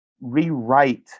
rewrite